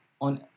on